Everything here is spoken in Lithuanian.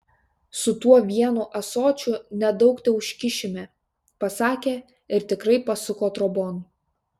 su tuo vienu ąsočiu nedaug teužkišime pasakė ir tikrai pasuko trobon